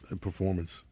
performance